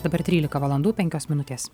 dabar trylika valandų penkios minutės